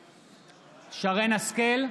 השכל,